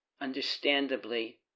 understandably